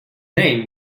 name